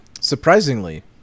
Surprisingly